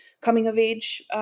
coming-of-age